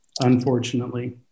Unfortunately